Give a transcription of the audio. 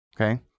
Okay